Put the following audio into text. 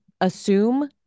assume